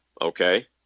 okay